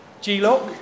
G-lock